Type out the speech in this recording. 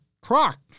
croc